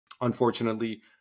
unfortunately